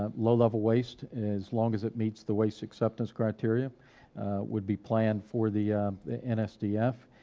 um low-level waste, as long as it meets the waste acceptance criteria would be planned for the the nsdf,